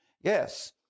Yes